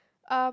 um